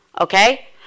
okay